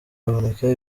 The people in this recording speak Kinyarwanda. haboneka